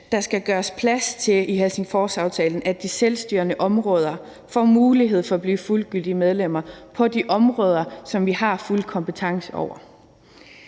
skal gøres plads til, at de selvstyrende områder får mulighed for at blive fuldgyldige medlemmer på de områder, som de har fuld kompetence over,